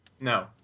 No